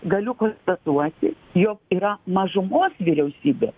galiu konstatuoti jog yra mažumos vyriausybė